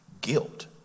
guilt